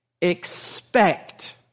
expect